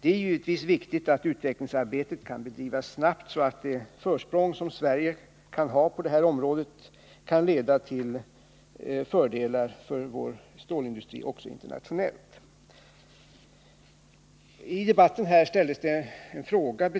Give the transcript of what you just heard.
Det är givetvis viktigt att utvecklingsarbetet kan bedrivas snabbt, så att det försprång som Sverige kan ha på det här området kan leda till fördelar för vår stålindustri också internationellt. Det har under debatten ställts en fråga